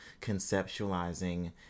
conceptualizing